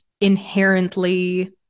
inherently